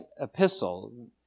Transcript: epistle